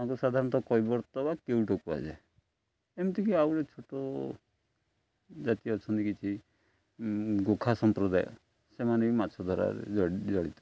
ତାଙ୍କୁ ସାଧାରଣତଃ କୈିବର୍ତ ବା କେଉଟୁ କୁହାଯାଏ ଏମିତିକି ଆଉ ଗୋଟେ ଛୋଟ ଜାତି ଅଛନ୍ତି କିଛି ଗୁଖା ସମ୍ପ୍ରଦାୟ ସେମାନେ ବି ମାଛ ଧରାରେ ଜଡ଼ିତ